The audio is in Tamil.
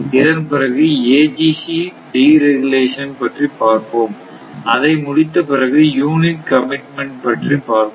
இதன்பிறகு AGC டிரெகுலேசன் பற்றி பார்ப்போம் அதை முடித்த பிறகு யூனிட் கமிட்மெண்ட் பற்றி பார்ப்போம்